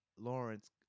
Lawrence